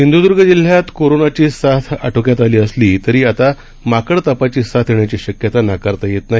सिंधूदर्ग जिल्ह्यात कोरोनाची साथ आटोक्यात आली असली तरीसुदधा आता माकडतापाची साथ येण्याची शक्यता नाकारता येत नाही